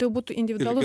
tai jau būtų individualus